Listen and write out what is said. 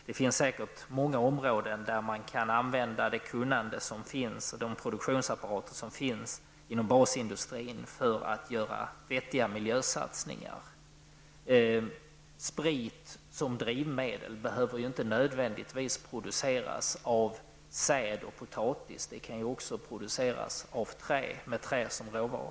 Det finns säkert många områden där det kunnande som finns och de produktionsapparater som finns inom basindustrin kan användas för att göra vettiga miljösatsningar. Sprit som drivmedel behöver inte nödvändigtvis produceras av säd eller potatis, utan trä kan också användas som råvara.